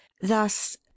thus